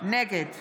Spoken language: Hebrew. נגד